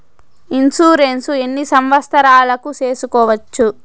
Insurance ఎన్ని సంవత్సరాలకు సేసుకోవచ్చు?